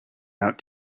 out